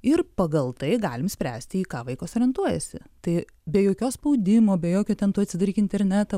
ir pagal tai galim spręsti į ką vaikas orientuojasi tai be jokio spaudimo be jokio ten tu atsidaryk internetą